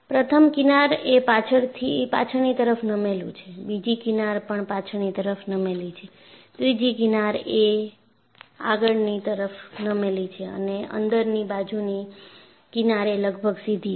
પ્રથમ કિનાર એ પાછળની તરફ નમેલુ છે બીજી કિનાર પણ પાછળની તરફ નમેલી છે ત્રીજી કિનાર એ આગળની તરફ નમેલી છે અને અંદરની બાજુની કિનાર એ લગભગ સીધી છે